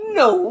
no